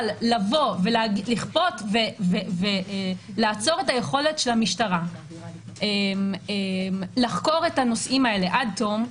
אבל לכפות ולעצור את היכולת של המשטרה לחקור את הנושאים האלה עד תום,